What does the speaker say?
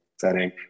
setting